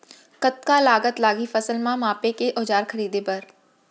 कतका लागत लागही फसल ला मापे के औज़ार खरीदे बर?